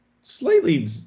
slightly